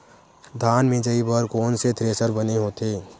धान मिंजई बर कोन से थ्रेसर बने होथे?